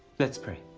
let's pray.